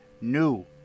new